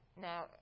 Now